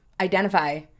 identify